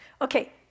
Okay